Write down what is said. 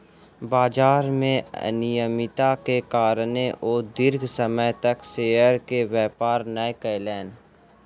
बजार में अनियमित्ता के कारणें ओ दीर्घ समय तक शेयर के व्यापार नै केलैन